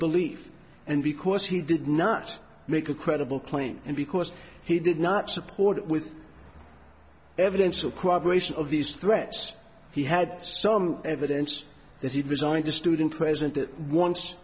belief and because he did not make a credible claim and because he did not support it with evidence of cooperation of these threats he had some evidence that he was signed to student present at once